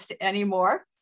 anymore